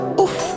Oof